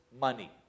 money